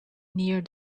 near